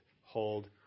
Hold